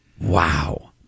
Wow